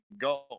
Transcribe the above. go